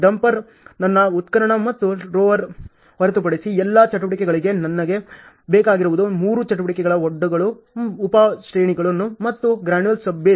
dumper ನನ್ನ ಉತ್ಖನನ ಮತ್ತು ರೋಲರ್ ಹೊರತುಪಡಿಸಿ ಎಲ್ಲಾ ಚಟುವಟಿಕೆಗಳಿಗೆ ನನಗೆ ಬೇಕಾಗಿರುವುದು ಮೂರು ಚಟುವಟಿಕೆಗಳ ಒಡ್ಡುಗಳು ಉಪ ಶ್ರೇಣಿಗಳನ್ನು ಮತ್ತು ಗ್ರಾನುಲಾರ್ ಸಬ್ ಬೇಸ್